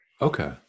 Okay